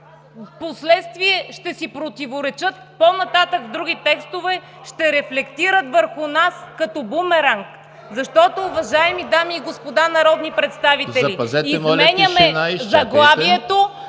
впоследствие ще си противоречат по-нататък в други текстове, ще рефлектират върху нас като бумеранг. (Шум и реплики.) Защото, уважаеми дами и господа народни представители, изменяме заглавието,